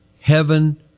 heaven